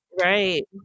right